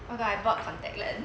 oh god I bought contact lens